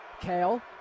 Kale